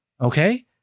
Okay